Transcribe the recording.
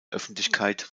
öffentlichkeit